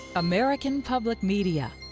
american public media,